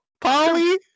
Polly